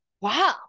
wow